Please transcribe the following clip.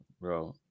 Bro